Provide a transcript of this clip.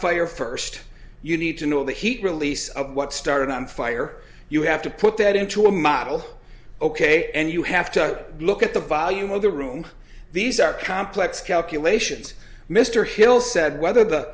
fire first you need to know what the heat release of what started on fire you have to put that into a model ok and you have to look at the volume of the room these are complex calculations mr hill said whether the